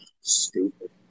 stupid